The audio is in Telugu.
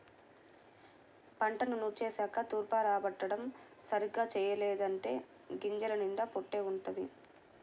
పంటను నూర్చేశాక తూర్పారబట్టడం సరిగ్గా చెయ్యలేదంటే గింజల నిండా పొట్టే వుంటది